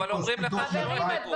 אומרים לך שלא יחייבו.